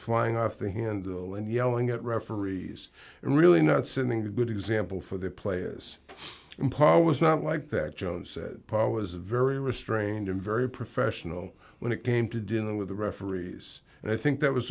flying off the handle and yelling at referees and really not sending a good example for the players and paul was not like that joe said paul was a very restrained and very professional when it came to dealing with the referees and i think that was